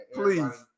please